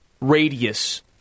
radius